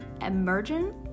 emergent